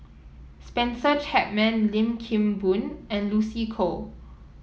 Spencer Chapman Lim Kim Boon and Lucy Koh